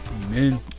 Amen